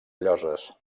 lloses